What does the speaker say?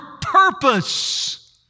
purpose